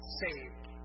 saved